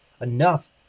enough